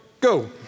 Go